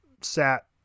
sat